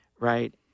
right